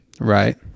Right